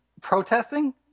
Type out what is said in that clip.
protesting